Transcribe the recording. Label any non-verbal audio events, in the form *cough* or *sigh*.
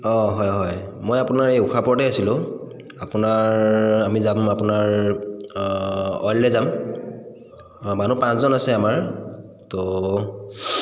অঁ হয় হয় মই আপোনাৰ এই *unintelligible* আছিলোঁ আপোনাৰ আমি যাম আপোনাৰ অইলৰে যাম মানুহ পাঁচজন আছে আমাৰ তো